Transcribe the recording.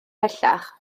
pellach